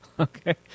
Okay